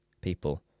people